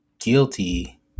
guilty